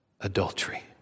Adultery